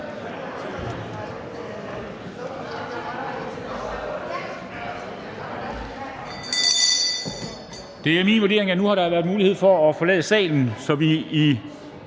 Det er min vurdering, at der nu har været mulighed for at forlade salen, så vi i